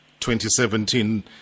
2017